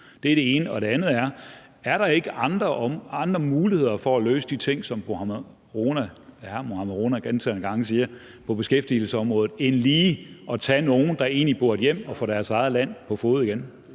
Det er det ene. Det andet er, om der ikke er andre muligheder for at løse de ting, som hr. Mohammad Rona gentagne gange siger, på beskæftigelsesområdet end lige at tage nogen, der egentlig burde rejse hjem og få deres eget land på fode igen?